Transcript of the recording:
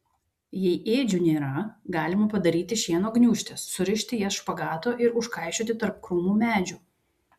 jei ėdžių nėra galima padaryti šieno gniūžtes surišti jas špagatu ir užkaišioti tarp krūmų medžių